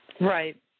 Right